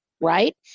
right